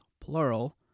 plural